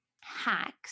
hacks